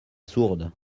sourde